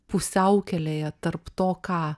pusiaukelėje tarp to ką